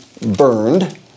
burned